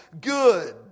good